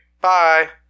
Bye